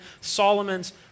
Solomon's